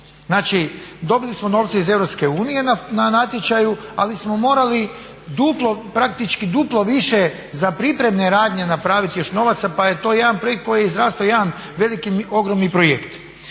Znači, dobili smo novce iz EU na natječaju, ali smo morali duplo, praktički duplo više za pripremne radnje napraviti još novaca, pa je to jedan projekt koji je izrastao u jedan veliki, ogromni projekt.